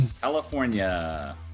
California